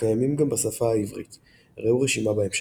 הקיימים גם בשפה העברית ראו רשימה בהמשך.